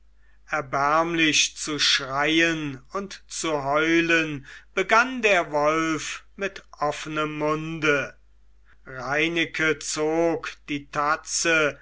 mehr erbärmlich zu schreien und zu heulen begann der wolf mit offenem munde reineke zog die tatze